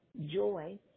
joy